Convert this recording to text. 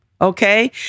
Okay